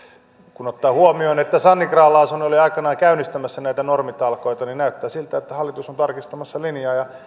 kun ottaa huomioon että sanni grahn laasonen oli aikoinaan käynnistämässä näitä normitalkoita niin näyttää siltä että hallitus on tarkistamassa linjaa